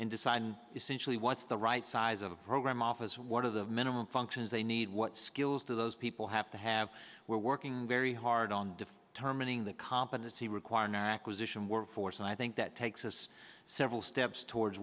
and decide essentially what's the right size of a program office one of the minimum functions they need what skills do those people have to have we're working very hard on defense terminating the competency require an acquisition workforce and i think that takes us several steps towards